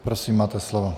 Prosím, máte slovo.